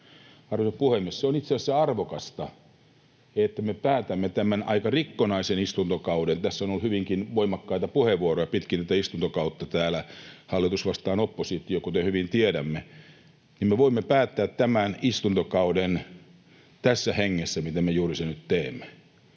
arvoisa puhemies, että on itse asiassa arvokasta, että me päätämme tämän aika rikkonaisen istuntokauden — tässä on ollut hyvinkin voimakkaita puheenvuoroja pitkin tätä istuntokautta hallitus vastaan oppositio, kuten hyvin tiedämme — että me voimme päättää tämän istuntokauden tässä hengessä, miten me juuri sen nyt teemme.